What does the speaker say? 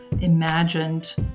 imagined